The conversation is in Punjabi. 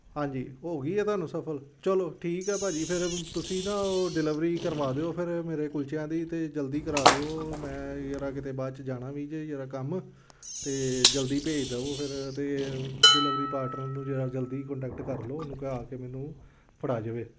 ਹਾਂਜੀ ਹੋ ਗਈ ਹੈ ਤੁਹਾਨੂੰ ਸਫ਼ਲ ਚਲੋ ਠੀਕ ਹੈ ਭਾਅ ਜੀ ਫਿਰ ਤੁਸੀਂ ਨਾ ਉਹ ਡਿਲੀਵਰੀ ਕਰਵਾ ਦਿਓ ਫਿਰ ਮੇਰੇ ਕੁਲਚਿਆਂ ਦੀ ਅਤੇ ਜਲਦੀ ਕਰਾ ਦਿਓ ਮੈਂ ਜਰਾ ਕਿਤੇ ਬਾਅਦ 'ਚ ਜਾਣਾ ਵੀ ਜੇ ਜਰਾ ਕੰਮ 'ਤੇ ਜਲਦੀ ਭੇਜ ਦੇਵੋ ਫਿਰ ਅਤੇ ਡਿਲੀਵਰੀ ਪਾਰਟਨਰ ਨੂੰ ਜਰਾ ਜਲਦੀ ਕੋਂਟੈਕਟ ਕਰ ਲਓ ਉਹਨੂੰ ਕਹਾ ਕੇ ਮੈਨੂੰ ਫੜਾ ਜਾਵੇ